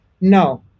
No